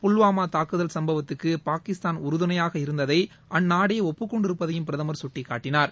புல்வாமா தாக்குதல் சம்பவத்துக்கு பாகிஸ்தான் உறுதுணையாக இருந்ததை அந்நாடே ஒப்புக்கொண்டிருப்பதையும் பிரதமர் சுட்டிக்காட்டினார்